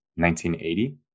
1980